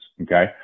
Okay